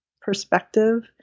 perspective